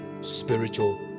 spiritual